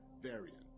variant